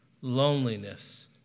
loneliness